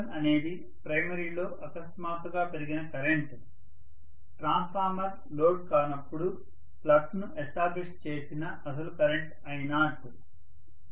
professor I1 అనేది ప్రైమరీలో అకస్మాత్తుగా పెరిగిన కరెంట్ ట్రాన్స్ఫార్మర్ లోడ్ కానప్పుడు ఫ్లక్స్ ను ఎస్టాబ్లిష్ చేసిన అసలు కరెంట్ I0